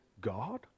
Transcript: God